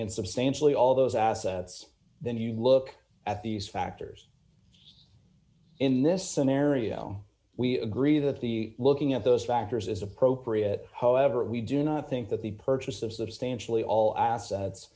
in substantially all those assets then you look at these factors in this scenario we agree that the looking at those factors is appropriate however we do not think that the purchase of substantially all